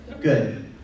Good